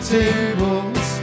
tables